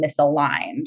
misaligned